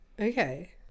Okay